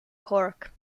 cork